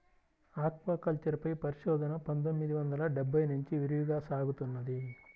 aquaculture పై పరిశోధన పందొమ్మిది వందల డెబ్బై నుంచి విరివిగా సాగుతున్నది